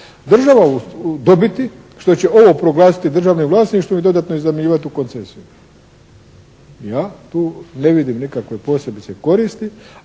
država dobiti što će ovo proglasiti državnim vlasništvom i dodatno iznajmljivati u koncesiju. Ja tu ne vidim nikakve posebice koristi